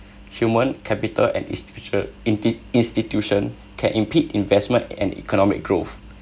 human capital and institu~ inti~ institution can impede investment and economic growth